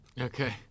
Okay